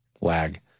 lag